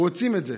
רוצים את זה.